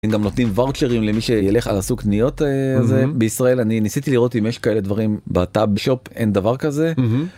גם נותנים וואוצ'רים למי שילך על סוג הקניות הזה בישראל אני ניסיתי לראות אם יש כאלה דברים בטאב שופ אין דבר כזה.